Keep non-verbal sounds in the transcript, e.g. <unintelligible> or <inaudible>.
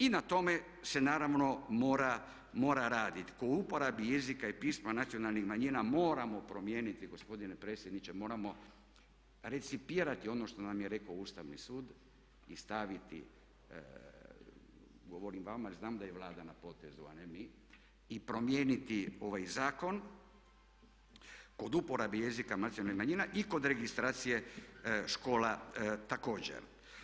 I na tome se naravno mora raditi, ka uporabi jezika i pisma nacionalnih manjina moramo promijeniti gospodine predsjedniče, moramo … <unintelligible> ono što nam je rekao Ustavni sud i staviti, govorim vama jer znam da je Vlada na potezu a ne mi i promijeniti ovaj zakon kod uporabe jezika nacionalnih manjina i kod registracije škola također.